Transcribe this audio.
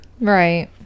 Right